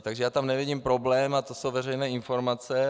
Takže já tam nevidím problém a jsou to veřejné informace.